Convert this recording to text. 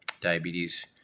diabetes